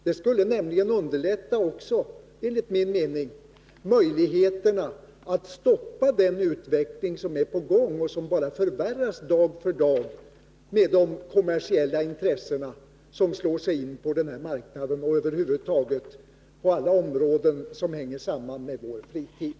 Det skulle också enligt min mening förbättra möjligheterna att stoppa den utveckling som är på gång och som bara förvärras dag för dag genom de kommersiella intressena, som slår sig in på den här marknaden och över huvud taget på alla områden som hänger samman med vår fritid.